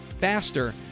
faster